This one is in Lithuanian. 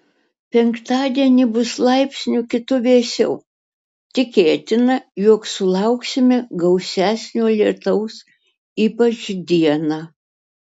penktadienį bus laipsniu kitu vėsiau tikėtina jog sulauksime gausesnio lietaus ypač dieną